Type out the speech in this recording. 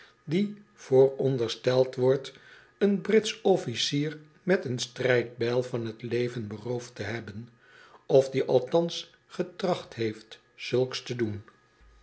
die voorondersteld wordt een britsch officier met een strijdbijl van t leven beroofd te hebben of die aithans getracht heeft zulks te doen